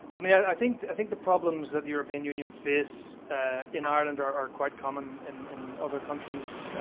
i mean, i think i think the problems that the european union face in ireland are quite common in other countries.